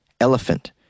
elephant